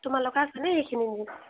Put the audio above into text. তোমালোকৰ আছেনে সেইখিনি নিয়ম